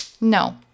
no